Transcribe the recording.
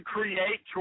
Create